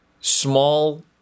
small